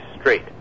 straight